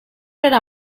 era